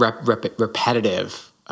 repetitive